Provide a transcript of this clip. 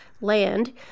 land